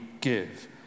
give